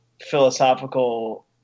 philosophical